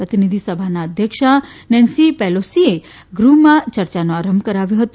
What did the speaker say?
પ્રતિનિધિ સભાના અધ્યક્ષા નેન્સી પેલોસીએ ગૃહમાં ચર્ચાનો આરંભ કરાવ્યો હતો